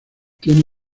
tiene